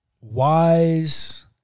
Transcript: wise